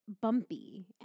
bumpy